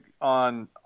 on